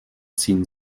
ziehen